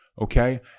Okay